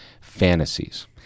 fantasies